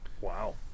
Wow